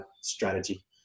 strategy